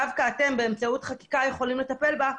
דווקא באמצעות חקיקה יכולים לטפל בה.